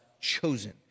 chosen